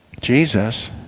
Jesus